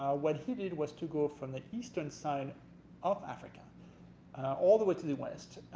what he did was to go from the eastern side of africa all the way to the west.